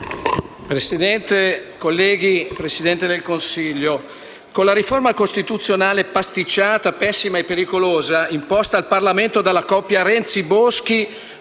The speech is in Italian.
Presidente, colleghi, signor Presidente del Consiglio, con la riforma costituzionale pasticciata, pessima e pericolosa imposta al Parlamento dalla coppia Renzi-Boschi,